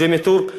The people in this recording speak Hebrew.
ג'ימי טורק,